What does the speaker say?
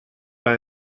bij